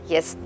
Yes